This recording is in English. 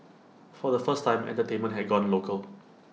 for the first time entertainment had gone local